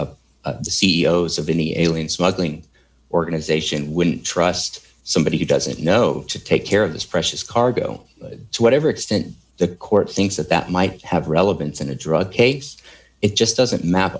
the c e o s of any alien smuggling organization wouldn't trust somebody who doesn't know to take care of this precious cargo to whatever extent the court thinks that that might have relevance in a drug case it just doesn't map